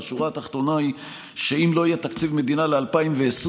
והשורה התחתונה היא שאם לא יהיה תקציב מדינה ל-2020,